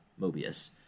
Mobius